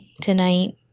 tonight